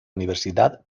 universidad